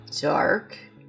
dark